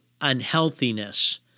unhealthiness